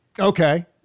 Okay